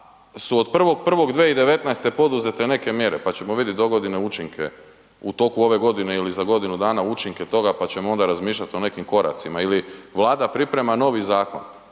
su od 1.1.2019. poduzete neke mjere pa ćemo vidjet dogodine učinke u toku ove godine ili za godinu dana učinke toga pa ćemo onda razmišljati o nekim koracima ili Vlada priprema novi zakon,